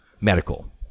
medical